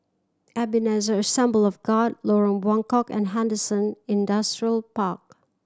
Ebenezer Assembly of God Lorong Buangkok and Henderson Industrial Park